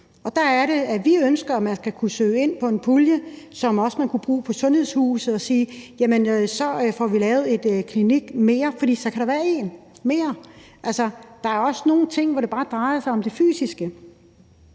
Der er det, vi ønsker, at man skal kunne søge ind på en pulje, som også kunne bruges på sundhedshuse, så vi får lavet en klinik mere, for så kan der være en mere. Der er altså også nogle ting, hvor det bare drejer sig om det fysiske.